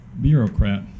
bureaucrat